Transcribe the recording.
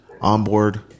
onboard